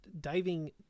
diving